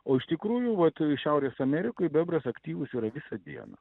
o iš tikrųjų vat šiaurės amerikoj bebras aktyvus yra visą dieną